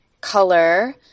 color